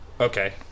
Okay